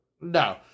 No